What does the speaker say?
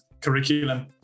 curriculum